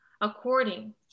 according